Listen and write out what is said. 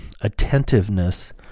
attentiveness